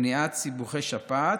השאילתה,